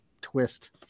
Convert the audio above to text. twist